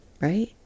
right